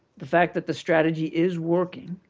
the fact that the strategy is working,